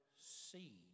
seed